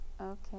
okay